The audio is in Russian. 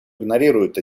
игнорирует